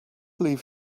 leave